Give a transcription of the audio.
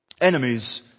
enemies